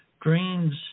dreams